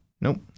Nope